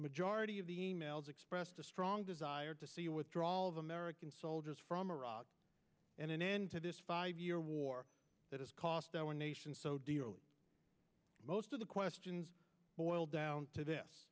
majority of the e mails expressed a strong desire to see withdrawal of american soldiers from iraq and an end to this five year war that has cost our nation so dearly most of the questions boil down to this